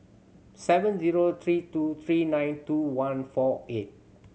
seven zero three two three nine two one four eight